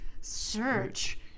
Search